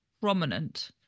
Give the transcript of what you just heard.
prominent